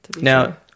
Now